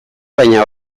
baina